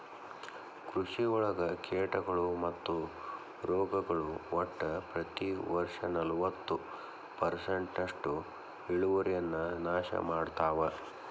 ಕೃಷಿಯೊಳಗ ಕೇಟಗಳು ಮತ್ತು ರೋಗಗಳು ಒಟ್ಟ ಪ್ರತಿ ವರ್ಷನಲವತ್ತು ಪರ್ಸೆಂಟ್ನಷ್ಟು ಇಳುವರಿಯನ್ನ ನಾಶ ಮಾಡ್ತಾವ